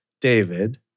David